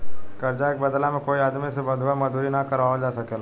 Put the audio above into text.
कर्जा के बदला में कोई आदमी से बंधुआ मजदूरी ना करावल जा सकेला